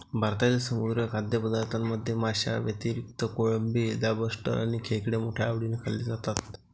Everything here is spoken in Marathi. भारतातील समुद्री खाद्यपदार्थांमध्ये माशांव्यतिरिक्त कोळंबी, लॉबस्टर आणि खेकडे मोठ्या आवडीने खाल्ले जातात